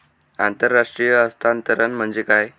आंतरराष्ट्रीय हस्तांतरण म्हणजे काय?